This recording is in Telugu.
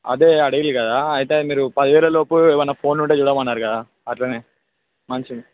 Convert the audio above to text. అదే అడిగారు కదా అయితే అది మీరు పదివేలలోపు ఏమన్నా ఫోన్లు ఉంటే చూడమన్నరు కదా అట్లనే మంచిది